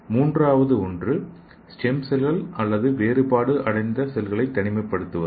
3 வது ஒன்று ஸ்டெம் செல்கள் அல்லது வேறுபாடு அடைந்த செல்களை தனிமைப்படுத்துவது